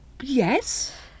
Yes